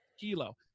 Kilo